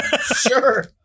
Sure